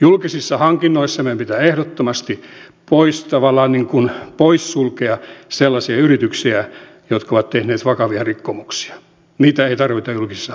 julkisissa hankinnoissa meidän pitää ehdottomasti tavallaan poissulkea sellaisia yrityksiä jotka ovat tehneet vakavia rikkomuksia niitä ei tarvita julkisissa hankinnoissa